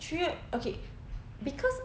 three okay cause